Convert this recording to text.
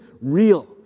real